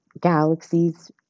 Galaxies